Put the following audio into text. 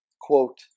quote